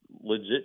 legit